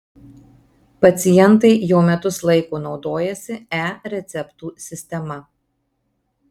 pacientai jau metus laiko naudojasi e receptų sistema